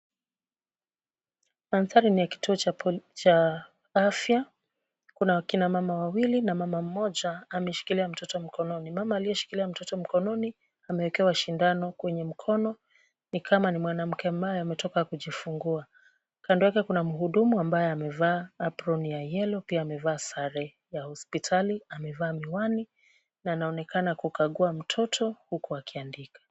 Mandhari ni ya kituo cha polio cha afya. Kuna akinamama wawili na mama mmoja ameshikilia mtoto mkononi. Mama aliyeshikilia mtoto mkononi amewekewa sindano kwenye mkono ni kama ni mwanamke ambaye ametoka kujifungua. Kando yake kuna mhudumu ambaye amevaa apron ya yellow .Pia amevaa sare ya hospitali, amevaa miwani na anaonekana kukagua mtoto huku akiandika.